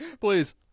Please